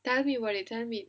tell me about it tell me